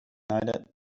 that